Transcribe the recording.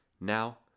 Now